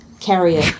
carrier